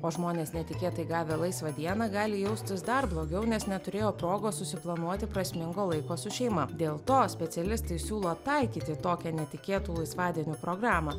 o žmonės netikėtai gavę laisvą dieną gali jaustis dar blogiau nes neturėjo progos susiplanuoti prasmingo laiko su šeima dėl to specialistai siūlo taikyti tokią netikėtų laisvadienių programą